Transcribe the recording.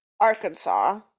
Arkansas